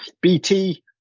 BT